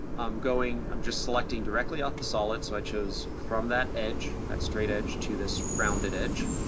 i'm going, i'm just selecting directly off the solid, so i chose from that edge, that straight edge to this rounded edge,